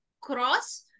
cross